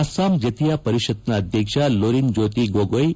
ಅಸ್ಪಾಂ ಜತಿಯಾ ಪರಿಷತ್ನ ಅಧ್ಯಕ್ಷ ಲೊರಿನ್ಜ್ಯೋತಿ ಗೊಗಯ್